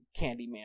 Candyman